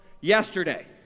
yesterday